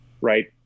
right